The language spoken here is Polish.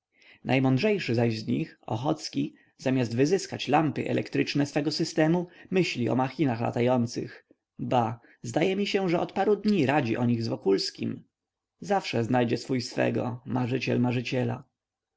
najmądrzejszy zaś z nich ochocki zamiast wyzyskać lampy elektryczne swego systemu myśli o machinach latających ba zdaje mi się że od kilku dni radzi o nich z wokulskim zawsze znajdzie swój swego marzyciel marzyciela